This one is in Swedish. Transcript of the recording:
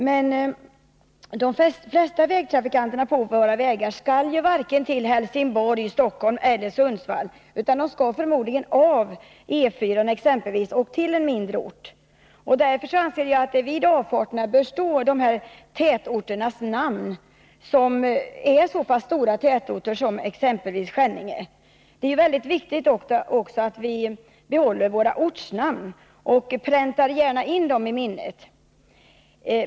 Men de flesta trafikanter på våra vägar skall till varken Helsingborg, Stockholm eller Sundsvall, utan de skall förmodligen ta av från exempelvis E 4-an och åka till en mindre ort. Därför anser jag att det vid avfarterna bör finnas skyltar med namn på de tätorter som är så pass stora som Skänninge. Det är också viktigt att vi behåller våra ortnamn och gärna präntar in dem i minnet.